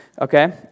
Okay